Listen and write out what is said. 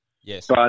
Yes